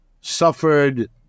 suffered